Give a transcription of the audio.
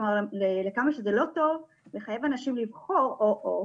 כלומר לכמה שזה לא טוב לחייב אנשים לבחור או או,